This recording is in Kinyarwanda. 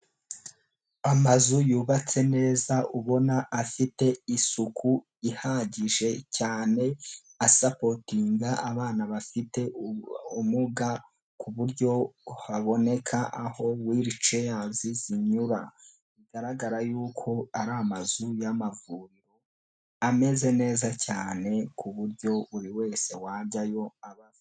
Amazu yubatse neza, ubona afite isuku ihagije cyane, asapotinga abana bafite ubumuga ku buryo haboneka aho wili ceyazi zinyura. Bigaragara yuko ari amazu y'amavuriro ameze neza cyane ku buryo buri wese wajyayo avurwa.